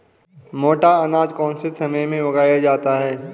मोटा अनाज कौन से समय में उगाया जाता है?